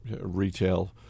retail